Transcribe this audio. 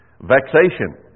Vexation